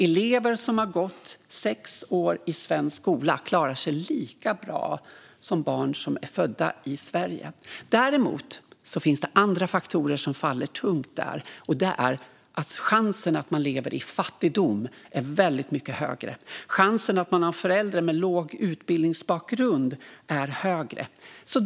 Elever som har gått sex år i svensk skola klarar sig lika bra som barn som är födda i Sverige. Det finns dock andra faktorer som faller tungt där. Risken att man lever i fattigdom är väldigt mycket större. Risken att man har föräldrar med låg utbildningsbakgrund är större.